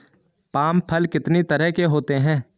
Palm फल कितनी तरह के होते हैं?